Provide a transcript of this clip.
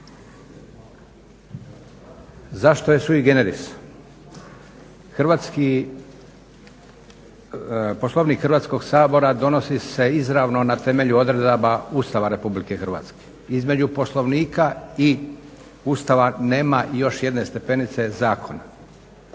Zašto je sui generis? Poslovnik Hrvatskog sabora donosi se izravno na temelju odredaba Ustava Republike Hrvatske, između Poslovnika i Ustava nema još jedne stepenice zakona.